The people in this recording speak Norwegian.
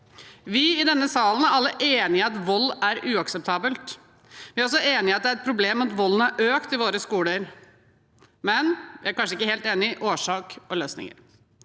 Vi i denne salen er alle enig i at vold er uakseptabelt. Vi er også enig i at det er et problem at volden har økt i våre skoler. Men vi er kanskje ikke helt enige om årsaker og løsninger.